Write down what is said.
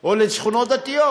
או לשכונות דתיות,